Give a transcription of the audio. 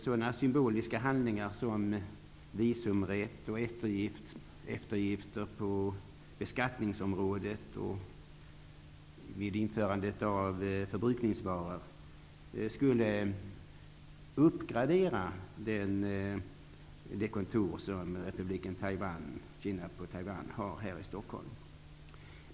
Sådana symboliska handlingar som införande av visumrätt och eftergifter på beskattningsområdet och vad gäller införsel av förbrukningsvaror skulle uppgradera de kontakter som Republiken Kina på Taiwan har här i Stockholm.